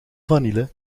vanille